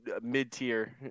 mid-tier